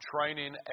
training